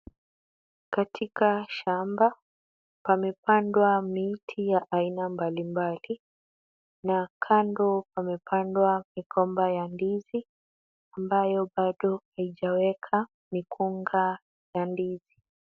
Katika shamba, pamepandwa miti ya aina mbalimbali, na kando pamepandwa migomba ya ndizi ambayo bado haijawekwa mikunga ya ndizi.